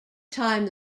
time